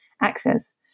access